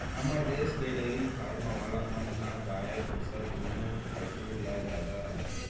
हमर देस के डेरी फारम वाला मन ह गाय भईंस दुनों पसु ल जादा राखथें